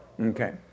Okay